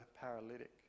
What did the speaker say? paralytic